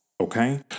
okay